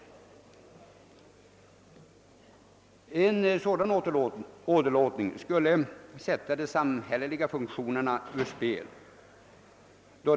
En sådan åderlåtning skulle sätta de samhälleliga funktionerna ur spel.